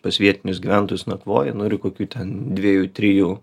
pas vietinius gyventojus nakvoji nu ir kokių ten dviejų trijų